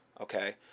okay